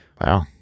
Wow